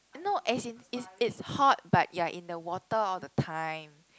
no as in is it hot but your in the water all the time